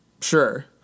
Sure